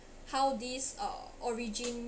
how this uh origin